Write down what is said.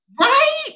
Right